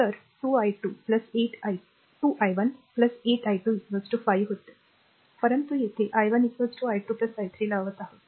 तर 2 i1 8 i2 5 होते परंतु येथे i1 i2 i3 लावत आहोत